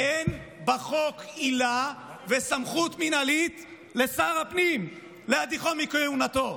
אין בחוק עילה וסמכות מינהלית לשר הפנים להדיחו מכהונתו.